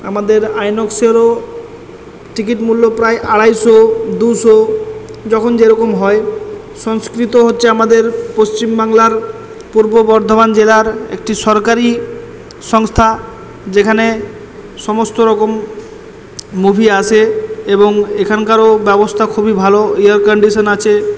আমাদের আইনক্সেরও টিকিট মূল্য প্রায় আড়াইশো দুশো যখন যে রকম হয় সংস্কৃত হচ্ছে আমাদের পশ্চিমবাংলার পূর্ব বর্ধমান জেলার একটি সরকারি সংস্থা যেখানে সমস্ত রকম মুভি আসে এবং এখানকারও ব্যবস্থা খুবই ভালো এয়ারকন্ডিশন আছে